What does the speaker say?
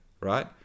right